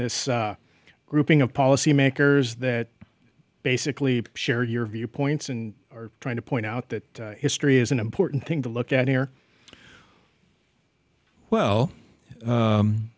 this group ing of policymakers that basically share your viewpoints and are trying to point out that history is an important thing to look at here well